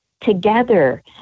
together